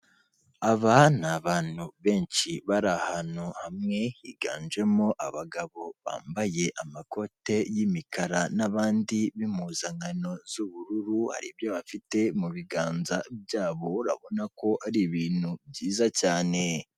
Aba ni abantu benshi bari ahantu hamwe, higanjemo abagabo bambaye amakote y'imikara n'abandi b'impuzankano z'ubururu, hari ibyo bafite mu biganza byabo, urabona ko ari ibintu byiza cyane.